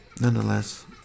nonetheless